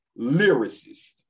lyricist